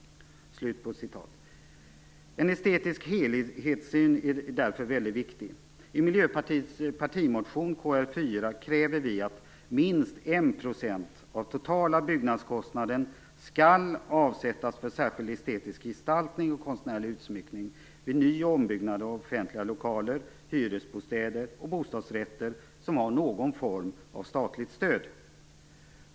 En estetisk helhetssyn är därför väldigt viktig. I Miljöpartiets partimotion, Kr4, kräver vi att minst 1 % av totala byggnadskostnaden skall avsättas för särskild estetisk gestaltning och konstnärlig utsmyckning vid ny och ombyggnader av offentliga lokaler, hyresbostäder och bostadsrätter som har någon form att statligt stöd.